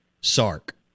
Sark